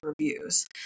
reviews